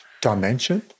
dimension